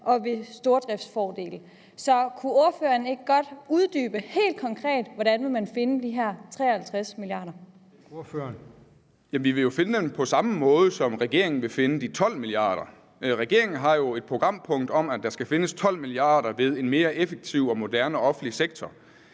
og ved stordriftsfordele. Så kunne ordføreren ikke godt uddybe helt konkret, hvordan man vil finde de her 53 mia. kr.? Kl. 15:03 Formanden: Ordføreren. Kl. 15:03 Ole Birk Olesen (LA): Jamen vi vil finde dem på samme måde, som regeringen vil finde de 12 mia. kr. Regeringen har jo et programpunkt om, at der skal findes 12 mia. kr. ved en mere effektiv og moderne offentlig sektor.